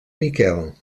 miquel